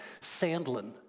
Sandlin